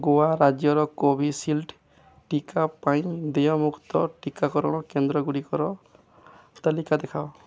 ଗୋଆ ରାଜ୍ୟର କୋଭିଶିଲ୍ଡ୍ ଟିକା ପାଇଁ ଦେୟମୁକ୍ତ ଟିକାକରଣ କେନ୍ଦ୍ରଗୁଡ଼ିକର ତାଲିକା ଦେଖାଅ